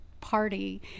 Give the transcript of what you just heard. party